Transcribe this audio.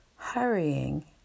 Hurrying